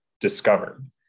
discovered